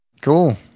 Cool